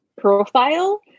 profile